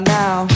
now